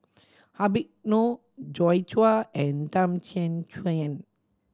Habib Noh Joi Chua and Tham